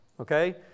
okay